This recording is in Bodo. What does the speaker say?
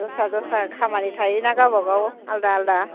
दस्रा दस्रा खामानि थायोना गावबागाव आलादा आलादा